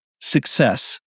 success